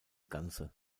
ganze